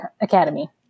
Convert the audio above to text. Academy